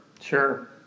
sure